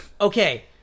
Okay